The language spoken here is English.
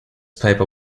paper